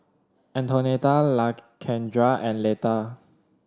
Antonetta Lakendra and Leta